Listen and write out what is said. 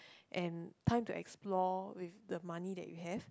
and time to explore with the money that you have